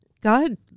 God